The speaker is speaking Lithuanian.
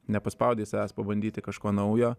nepaspaudęs savęs pabandyti kažko naujo